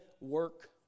work